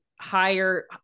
higher